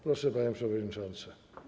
Proszę, panie przewodniczący.